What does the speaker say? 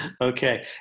okay